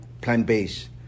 plant-based